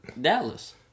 Dallas